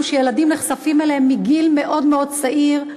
שילדים נחשפים אליהם מגיל מאוד מאוד צעיר.